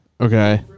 Okay